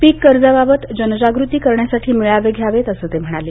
पीक कर्जाबाबत जनजागृती करण्यासाठी मेळावे घ्यावेत असं ते म्हणाले